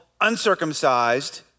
uncircumcised